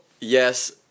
yes